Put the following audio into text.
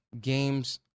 games